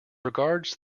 regards